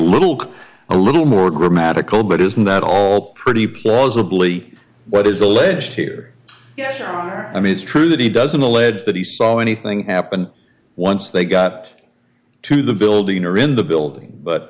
little a little more grammatical but isn't that all pretty plausibly what is alleged here yes i mean it's true that he doesn't allege that he saw anything happen once they got to the building or in the building but